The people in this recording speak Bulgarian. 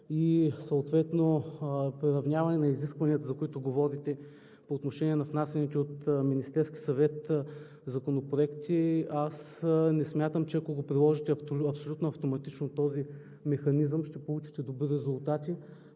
и съответно приравняване на изискванията, за които говорите. По отношение на внасяните от Министерския съвет законопроекти не смятам, че ако приложите абсолютно автоматично този механизъм, ще получите добри резултати.